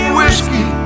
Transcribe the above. whiskey